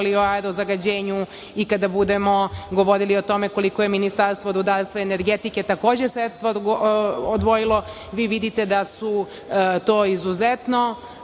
pričali o aerozagađenju i kada budemo govorili o tome koliko je Ministarstvo rudarstva i energetike takođe sredstva odvojilo, vi vidite da su to izuzetno,